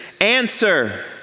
Answer